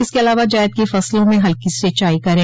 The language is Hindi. इसके अलावा जायद की फसलों में हल्की सिंचाई करें